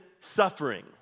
suffering